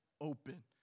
open